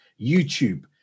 YouTube